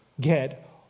Get